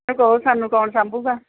ਸਾਨੂੰ ਕੌਣ ਸਾਨੂੰ ਕੌਣ ਸਾਂਭੂੰਗਾ